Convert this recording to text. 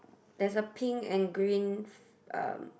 there's a pink and green um